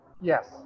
Yes